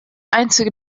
einzige